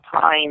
time